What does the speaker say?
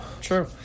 true